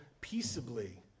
peaceably